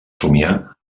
somiar